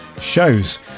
shows